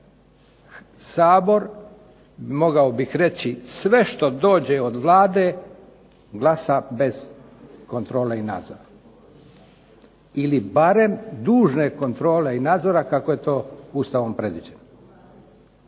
Sabor mogao bih reći sve što dođe od Vlade glasa bez kontrole i nadzora ili barem dužne kontrole i nadzora kako je to Ustavom predviđeno.